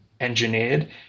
engineered